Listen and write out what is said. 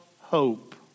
hope